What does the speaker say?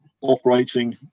operating